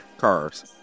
cars